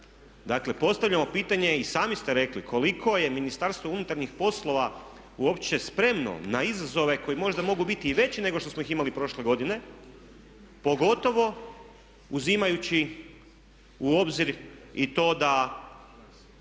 Dakle postavljamo pitanje, i sami ste rekli koliko je Ministarstvo unutarnjih poslova uopće spremno na izazove koji možda mogu biti i veći nego što smo ih imali prošle godine pogotovo uzimajući u obzir i to da